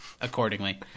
accordingly